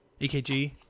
EKG